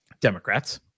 Democrats